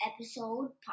episode